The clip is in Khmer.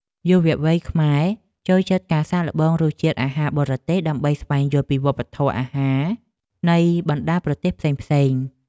យុវវ័យខ្មែរចូលចិត្តការសាកល្បងរសជាតិអាហារបរទេសដើម្បីស្វែងយល់ពីវប្បធម៌អាហារនៃបណ្តាប្រទេសផ្សេងៗ។